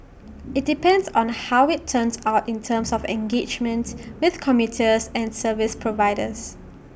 IT depends on how IT turns out in terms of engagement with commuters and service providers